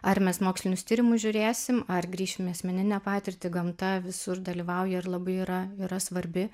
ar mes mokslinius tyrimus žiūrėsim ar grįšim į asmeninę patirtį gamta visur dalyvauja ir labai yra yra svarbi